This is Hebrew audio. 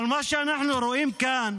אבל מה שאנחנו רואים כאן